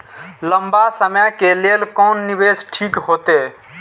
लंबा समय के लेल कोन निवेश ठीक होते?